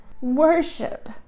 worship